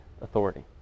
authority